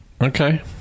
Okay